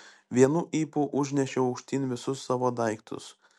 vienu ypu užnešiau aukštyn visus savo daiktus